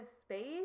space